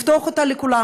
לפתוח אותם לכולם.